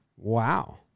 Wow